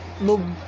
no